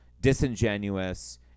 disingenuous